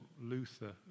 Luther